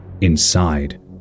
Inside